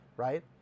right